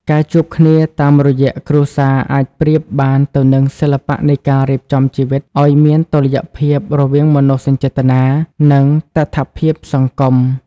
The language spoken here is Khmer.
ការជួបគ្នាតាមរយៈគ្រួសារអាចប្រៀបបានទៅនឹងសិល្បៈនៃការរៀបចំជីវិត ឱ្យមានតុល្យភាពរវាងមនោសញ្ចេតនា និងតថភាពសង្គម។